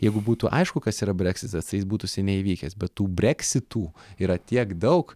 jeigu būtų aišku kas yra breksitas tai jis būtų seniai įvykęs bet tų breksitų yra tiek daug